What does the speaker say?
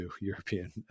European